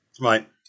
Right